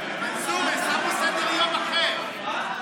מנסור, יש לנו סדר-יום אחר.